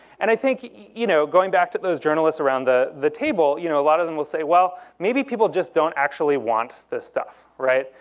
and i think, you know going back to those journalists around the the table, you know a lot of them will say, well, maybe people just don't actually want this stuff, right?